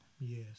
Yes